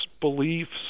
beliefs